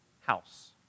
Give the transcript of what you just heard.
house